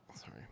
sorry